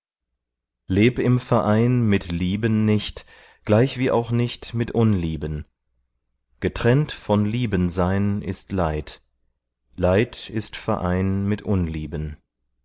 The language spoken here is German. leb im verein mit lieben nicht gleichwie auch nicht mit unlieben getrennt von lieben sein ist leid leid ist verein mit unlieben